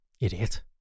idiot